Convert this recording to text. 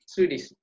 Swedish